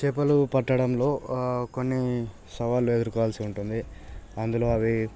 చేపలు పట్టడంలో కొన్ని సవాళ్లు ఎదుర్కోవాల్సి ఉంటుంది అందులో అవి